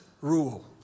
rule